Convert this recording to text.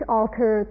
alter